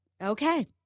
Okay